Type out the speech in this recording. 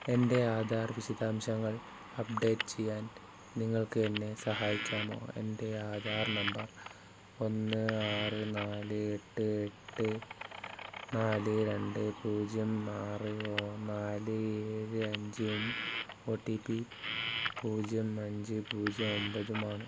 എന്റെ ആധാർ വിശദാംശങ്ങൾ അപ്ടേറ്റ് ചെയ്യാൻ നിങ്ങൾക്ക് എന്നെ സഹായിക്കാമോ എന്റെ ആധാർ നമ്പർ ഒന്ന് ആറ് നാല് എട്ട് എട്ട് നാല് രണ്ട് പൂജ്യം ആറ് ഓ നാല് ഏഴ് അഞ്ചും ഒ ടി പി പൂജ്യം അഞ്ച് പൂജ്യം ഒമ്പതുമാണ്